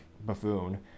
buffoon